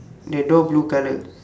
the door blue colour